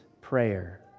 prayer